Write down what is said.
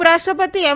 ઉપરાષ્ટ્રપતિ એમ